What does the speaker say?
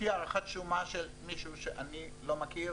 לפי הערכת שומה של מישהו שאני לא מכיר,